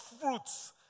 fruits